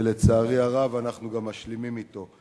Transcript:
ולצערי הרב אנחנו גם משלימים אתו,